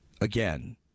again